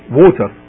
water